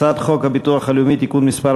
הצעת חוק הביטוח הלאומי (תיקון מס'